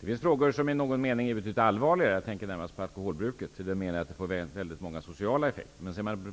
Det finns förvisso frågor som i någon mening är betydligt allvarligare. Jag tänker då närmast på alkoholbruket och de sociala effekterna av detta.